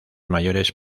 mayores